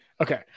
okay